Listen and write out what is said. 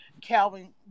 Calvin